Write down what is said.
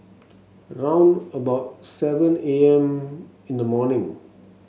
round about seven A M in the morning